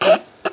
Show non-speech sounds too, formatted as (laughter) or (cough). (noise)